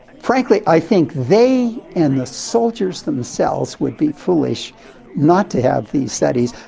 frankly i think they and the soldiers themselves would be foolish not to have these studies.